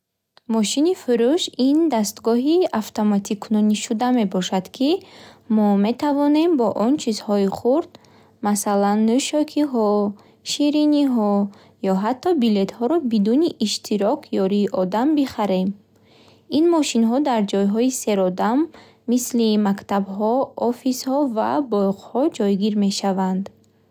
Мошини фурӯш ин дастгоҳи автоматикунонидашуда мебошад, ки мо метавонем бо он чизҳои хурд, масалан, нӯшокиҳо, шириниҳо ё ҳатто билетҳоро бидуни иштирок ёрии одам бихарем. Ин мошинҳо дар ҷойҳои серодам, мисли мактабҳо, офисҳо ва боғҳо ҷойгир мешаванд.